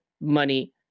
money